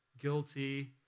guilty